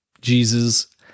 Jesus